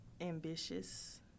Ambitious